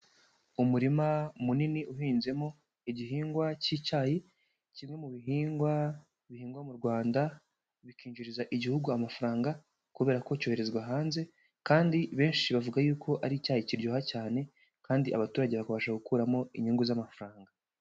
Umurima munini uhinzemo igihingwa cy'icyayi, kimwe mu bihingwa bihingwa mu Rwanda bikinjiriza igihugu amafaranga kubera ko cyoherezwa hanze kandi benshi bavuga yuko ari icyayi kiryoha cyane kandi abaturage bakabasha gukuramo inyungu z'amafaranga.